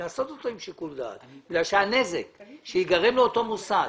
לעשות אותו עם שיקול דעת כי הנזק שייגרם לאותו מוסד